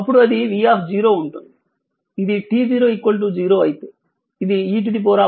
ఇక్కడ t0 0 అయితే ఇది e t 𝜏 ఉంది